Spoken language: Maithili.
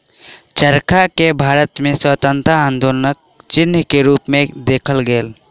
चरखा के भारत में स्वतंत्रता आन्दोलनक चिन्ह के रूप में देखल गेल